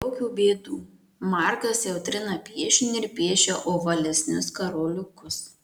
jokių bėdų markas jau trina piešinį ir piešia ovalesnius karoliukus